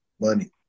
money